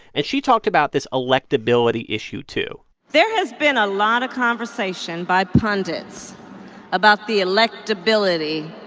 and she talked about this electability issue, too there has been a lot of conversation by pundits about the electability